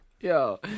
Yo